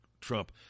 Trump